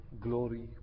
glory